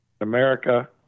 America